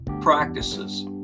practices